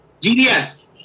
GDS